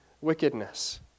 wickedness